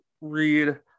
read